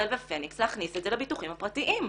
הראל ופניקס להכניס את זה לביטוחים הפרטיים.